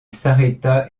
s’arrêta